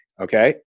Okay